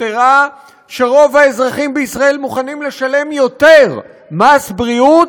הראה שרוב האזרחים בישראל מוכנים לשלם יותר מס בריאות,